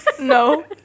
No